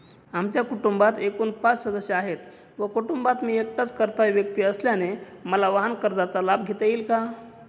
आमच्या कुटुंबात एकूण पाच सदस्य आहेत व कुटुंबात मी एकटाच कर्ता व्यक्ती असल्याने मला वाहनकर्जाचा लाभ घेता येईल का?